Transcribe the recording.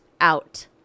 out